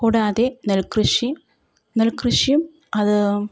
കൂടാതെ നെൽകൃഷി നെൽക്കൃഷിയും അത്